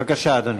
בבקשה, אדוני.